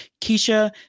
Keisha